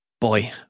Boy